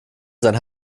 sein